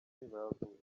universal